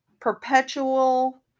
perpetual